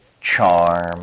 charm